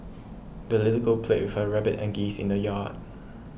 the little girl played with her rabbit and geese in the yard